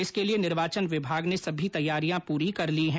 इसके लिए निर्वाचन विभाग ने सभी तैयारियां पूरी कर ली हैं